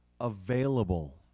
available